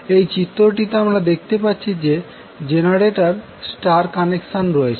এই চিত্রটিতে আমরা দেখতে পাচ্ছি যে জেনারেটর স্টার কানেকশনে রয়েছে